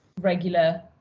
regular